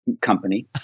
company